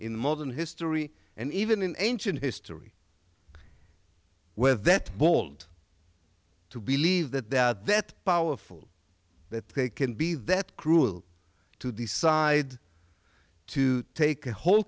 in modern history and even in ancient history where that bold to believe that they're out that powerful that they can be that cruel to decide to take a whole